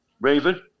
Raven